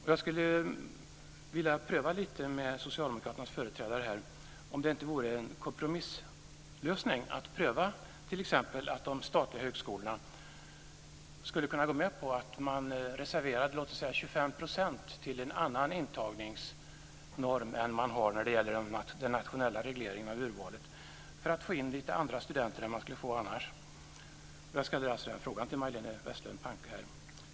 Jag skulle vilja pröva lite med Socialdemokraternas företrädare här om det inte vore en kompromisslösning att pröva t.ex. att de statliga högskolorna gick med på att det reserverades låt säga 25 % till en annan intagningsnorm än man har när det gäller den nationella regleringen av urvalet; detta för att få in lite andra studenter än man annars skulle få. Jag riktar mig alltså till Majléne Westerlund Panke.